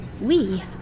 We